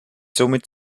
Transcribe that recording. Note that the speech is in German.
somit